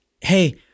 hey